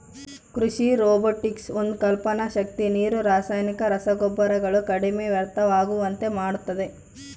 ಕೃಷಿ ರೊಬೊಟಿಕ್ಸ್ ಒಂದು ಕಲ್ಪನೆ ಶಕ್ತಿ ನೀರು ರಾಸಾಯನಿಕ ರಸಗೊಬ್ಬರಗಳು ಕಡಿಮೆ ವ್ಯರ್ಥವಾಗುವಂತೆ ಮಾಡುತ್ತದೆ